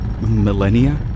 millennia